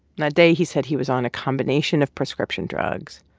and day, he said he was on a combination of prescription drugs.